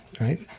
right